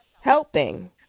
helping